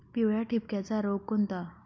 पिवळ्या ठिपक्याचा रोग कोणता?